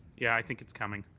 yeah, i think it's coming.